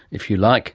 if you like